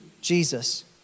Jesus